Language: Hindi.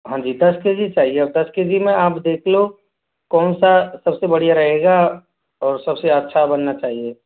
हाँ जी दस के जी चाहिए अब दस के जी में आप देख लो कौन सा सब से बढ़िया रहेगा और सब से अच्छा बनना चाहिए